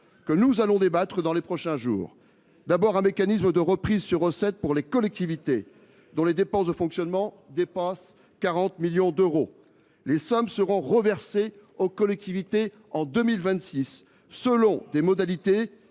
Tout d’abord, première mesure, nous envisageons un mécanisme de reprise sur recettes pour les collectivités dont les dépenses de fonctionnement dépassent 40 millions d’euros. Les sommes seront reversées aux collectivités en 2026, selon des modalités